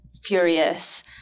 furious